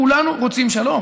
כולנו רוצים שלום.